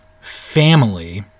family